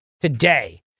today